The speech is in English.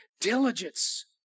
diligence